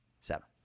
seven